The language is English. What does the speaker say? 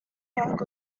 bug